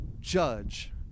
judge